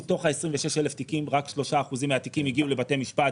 מתוך ה-26,000 תיקים רק 3% מהתיקים הגיעו לבתי משפט,